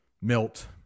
melt